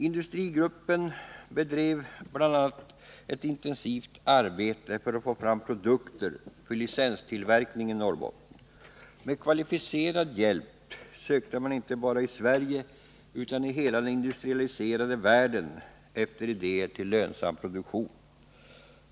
Industrigruppen bedrev bl.a. ett intensivt arbete för att få fram produkter för licenstillverkning i Norrbotten. Med kvalificerad hjälp sökte man inte bara i Sverige utan i hela den industrialiserade världen efter idéer till lönsam produktion.